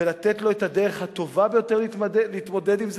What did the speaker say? ולתת לו את הדרך הטובה ביותר להתמודד עם זה,